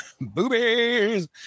boobies